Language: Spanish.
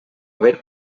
ver